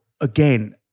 again